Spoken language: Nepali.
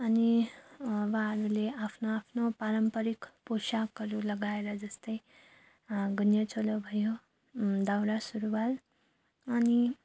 अनि अब हामीले आफ्नो आफ्नो पारम्परिक पोसाकहरू लगाएर जस्तै गुन्यु चोलो भयो दौरा सुरुवाल अनि